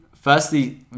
firstly